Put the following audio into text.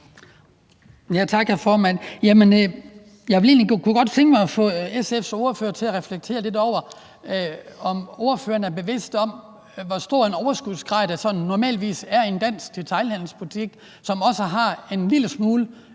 Jeg kunne egentlig godt tænke mig at få SF's ordfører til at reflektere lidt over, hvor stor en overskudsgrad der sådan normalt er i en dansk detailhandelsbutik, som også har en lille smule